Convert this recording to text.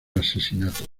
asesinato